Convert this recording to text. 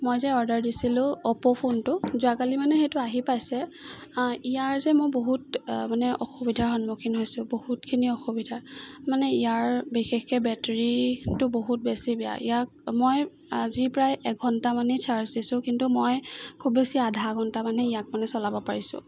মই যে অৰ্ডাৰ দিছিলোঁ অ'প' ফোনটো যোৱাকালি মানে সেইটো আহি পাইছে ইয়াৰ যে মই বহুত মানে অসুবিধাৰ সন্মুখীন হৈছোঁ বহুতখিনি অসুবিধা মানে ইয়াৰ বিশেষকৈ বেটেৰীটো বহুত বেছি বেয়া ইয়াক মই আজি প্ৰায় এঘণ্টামানেই চাৰ্জ দিছোঁ কিন্তু মই খুব বেছি আধা ঘণ্টা মানহে ইয়াক মানে চলাব পাৰিছোঁ